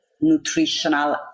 nutritional